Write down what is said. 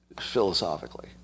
philosophically